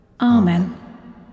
Amen